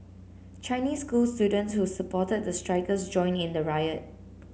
Chinese school students who supported the strikers joined in the riot